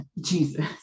jesus